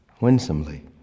winsomely